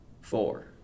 four